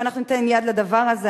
אם אנחנו ניתן יד לדבר הזה,